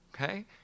Okay